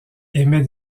émet